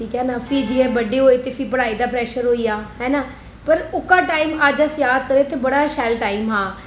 ठीक ऐ न फ्ही जियां बड्डे होऐ फ्ही पढ़ाई दा प्रेशर होई गेआ है न ओह्का टाइम जे अस याद करा ते किन्ना शैल टाइम हा